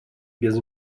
без